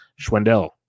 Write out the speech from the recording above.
Schwindel